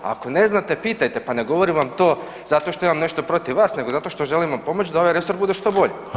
A ako ne znate pitajte, pa ne govorim vam to zato što imam nešto protiv vas nego zato što želimo pomoć da ovaj resor bude što bolji.